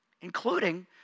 including